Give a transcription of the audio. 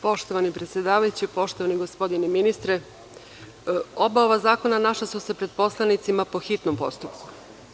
Poštovani predsedavajući, poštovani ministre, oba ova zakona našla su se pred poslanicima po hitnom postupku.